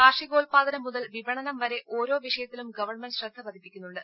കാർഷികോല്പാദനം മുതൽ വിപണനം വരെ ഓരോ വിഷയത്തിലും ഗവൺമെന്റ് ശ്രദ്ധ പതിപ്പിക്കുന്നുണ്ട്